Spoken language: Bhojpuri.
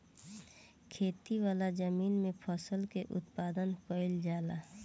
खेती वाला जमीन में फसल के उत्पादन कईल जाला